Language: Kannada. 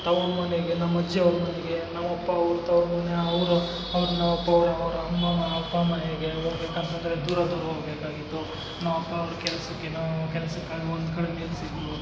ತವರು ಮನೆಗೆ ನಮ್ಮಅಜ್ಜಿ ಅವ್ರ ಮನೆಗೆ ನಮ್ಮಅಪ್ಪ ಅವ್ರ ತವರು ಮನೆ ಅವ್ರ ಅವ್ರ ನಮ್ಮಅಪ್ಪ ಅವ್ರ ಅವರ ಅಮ್ಮ ಅಪ್ಪ ಅಮ್ಮ ಮನೆಗೆ ಹೋಗ್ಬೇಕಂತಂದ್ರೆ ದೂರ ದೂರ ಹೋಗ್ಬೇಕಾಗಿತ್ತು ನಮ್ಮಅಪ್ಪ ಅವ್ರ ಕೆಲಸಕ್ಕೆನೋ ಕೆಲ್ಸಕ್ಕಾಗಿ ಒಂದು ಕಡೆ ನೆಲೆಸಿದ್ರು